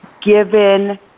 given